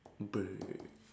bruh